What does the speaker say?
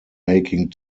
making